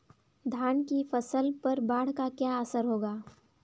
धान की फसल पर बाढ़ का क्या असर होगा?